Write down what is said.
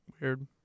Weird